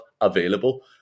available